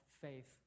faith